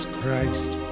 Christ